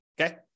okay